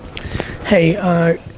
Hey